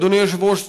אדוני היושב-ראש,